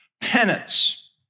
penance